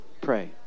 pray